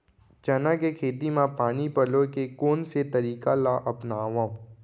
चना के खेती म पानी पलोय के कोन से तरीका ला अपनावव?